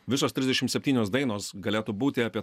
visos trisdešim septynios dainos galėtų būti apie